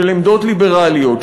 של עמדות ליברליות,